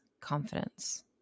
confidence